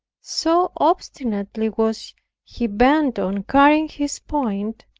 so obstinately was he bent on carrying his point.